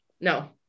No